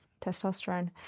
testosterone